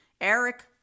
Eric